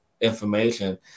information